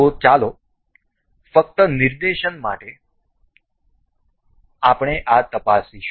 તો ચાલો ફક્ત નિદર્શન માટે આપણે ફક્ત આ તપાસીશું